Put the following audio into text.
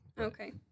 Okay